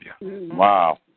Wow